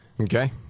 Okay